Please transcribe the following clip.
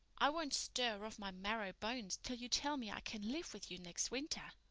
i won't stir off my marrow bones till you tell me i can live with you next winter.